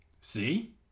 See